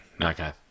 Okay